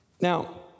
Now